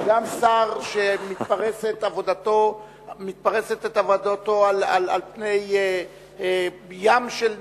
גם שר שמתפרסת עבודתו על פני ים של נושאים,